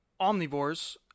omnivores